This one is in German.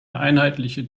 einheitliche